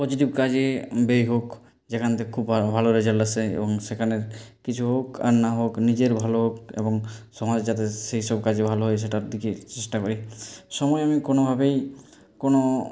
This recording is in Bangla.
পজিটিভ কাজে ব্যয় হোক যেখান থেকে খুব ভালো ভালো রেজাল্ট আসে এবং সেখানের কিছু হোক আর না হোক নিজের ভালো এবং সমাজের যাতে সেই সব কাজে ভালো হয় সেটার দিকে চেষ্টা করি সময় আমি কোনো ভাবেই কোনো